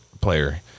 player